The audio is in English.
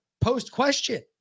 post-question